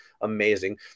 amazing